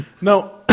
no